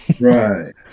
right